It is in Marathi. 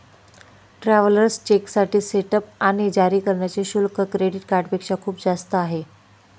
ट्रॅव्हलर्स चेकसाठी सेटअप आणि जारी करण्याचे शुल्क क्रेडिट कार्डपेक्षा खूप जास्त आहे